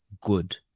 good